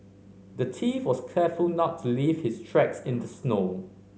the thief was careful not to leave his tracks in the snow